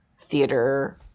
theater